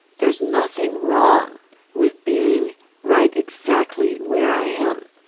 there's nothing wrong with being right exactly where i am.